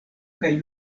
kaj